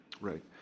Right